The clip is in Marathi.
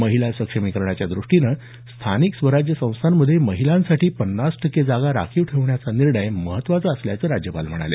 महिला सक्षमीकरणाच्या दृष्टीनं स्थानिक स्वराज्य संस्थांमध्ये महिलांसाठी पन्नास टक्के जागा राखीव ठेवण्याच्या निर्णय महत्त्वाचा असल्याचं राज्यपाल म्हणाले